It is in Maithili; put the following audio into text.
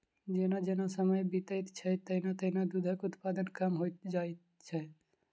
जेना जेना समय बीतैत छै, तेना तेना दूधक उत्पादन कम होइत जाइत छै